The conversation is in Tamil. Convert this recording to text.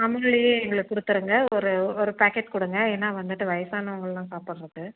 அமுல்லையே எங்களுக்கு கொடுத்துருங்க ஒரு ஒரு பேக்கெட் கொடுங்க ஏன்னால் வந்துட்டு வயசானவங்கள்லாம் சாப்பிட்றது